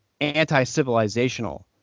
anti-civilizational